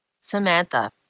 Samantha